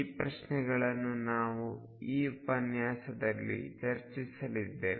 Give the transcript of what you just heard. ಈ ಪ್ರಶ್ನೆಗಳನ್ನು ನಾವು ಈ ಉಪನ್ಯಾಸದಲ್ಲಿ ಚರ್ಚಿಸಲಿದ್ದೇವೆ